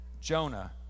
Jonah